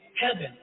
heaven